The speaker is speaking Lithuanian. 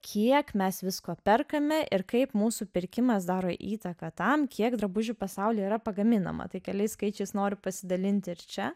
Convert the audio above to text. kiek mes visko perkame ir kaip mūsų pirkimas daro įtaką tam kiek drabužių pasaulyje yra pagaminama tai keliais skaičius noriu pasidalinti ir čia